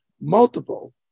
multiple